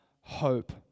hope